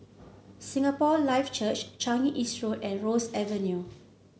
Singapore Life Church Changi East Road and Ross Avenue